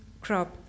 crop